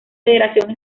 federación